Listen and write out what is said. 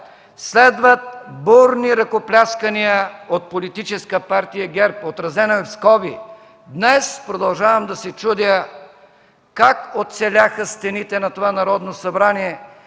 Следват бурни ръкопляскания от Политическа партия ГЕРБ, отразени в скоби. Днес продължавам да се чудя как оцеляха стените на това Народно събрание,